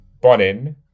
Bonin